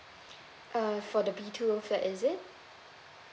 uh for the B_T_O flat is it